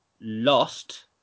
lost